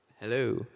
Hello